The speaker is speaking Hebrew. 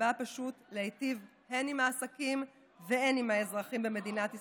שבאה פשוט להיטיב הן עם העסקים והן עם האזרחים במדינת ישראל.